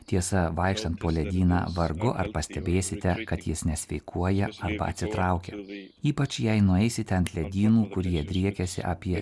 tiesa vaikštant po ledyną vargu ar pastebėsite kad jis nesveikuoja arba atsitraukia ypač jei nueisite ant ledynų kurie driekiasi apie